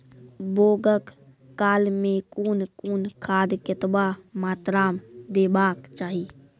बौगक काल मे कून कून खाद केतबा मात्राम देबाक चाही?